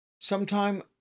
Sometime